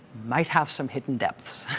might have some hidden depths.